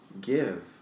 give